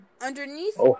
Underneath